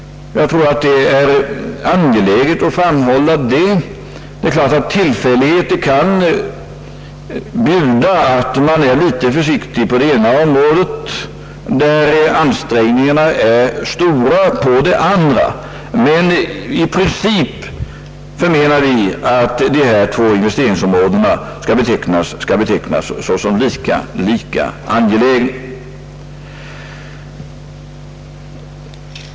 Jag tycker det är angeläget att framhålla detta. Klart är att tillfälligheterna ibland kan bjuda att man är något mer försiktig på det ena området, när ansträngningarna är speciellt stora på det andra, men i princip förmenar vi att dessa båda investeringsområden skall betecknas såsom lika angelägna.